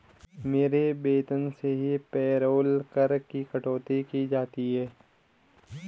मेरे वेतन से ही पेरोल कर की कटौती कर दी जाती है